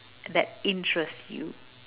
that interests you